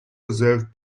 reserve